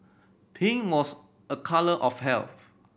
pink was a colour of health